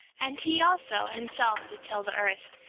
and he also, himself, did till the earth,